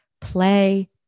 play